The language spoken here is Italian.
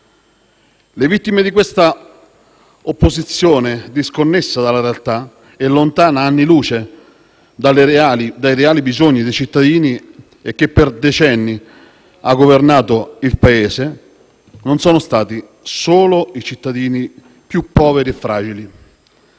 Le vittime di questa opposizione disconnessa dalla realtà, lontana anni luce dai reali bisogni dei cittadini e che per decenni ha governato il Paese non sono stati solo i cittadini più poveri e fragili,